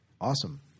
awesome